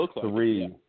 three